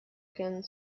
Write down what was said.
screaming